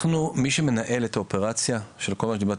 מי שמנהל את האופרציה של כל מה שדיברתי